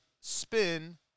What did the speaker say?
spin